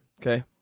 Okay